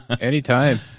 anytime